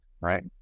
right